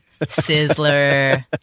sizzler